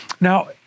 Now